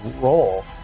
role